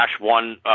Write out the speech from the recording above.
One